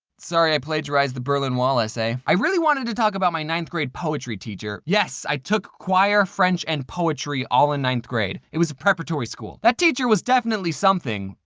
sorry i plagiarized the berlin wall essay. i really wanted to talk about my ninth grade poetry teacher. yes, i took choir, french, and poetry all in ninth grade! it was preparatory school. that teacher was definitely something.